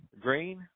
green